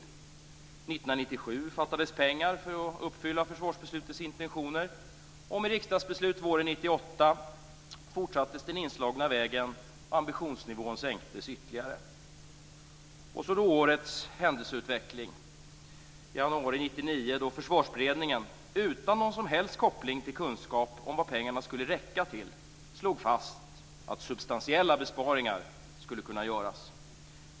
År 1997 fattades pengar för att uppfylla försvarsbeslutets intentioner, och med riksdagsbeslutet våren 1998 fortsattes den inslagna vägen och ambitionsnivån sänktes ytterligare. Så till årets händelsutveckling! Januari 1999 fastslog Försvarsberedningen utan någon som helst koppling till kunskap om vad pengarna skulle räcka till att substantiella besparingar skulle kunna göras.